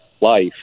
life